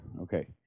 Okay